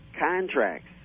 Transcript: contracts